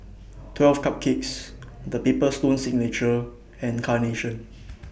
twelve Cupcakes The Paper Stone Signature and Carnation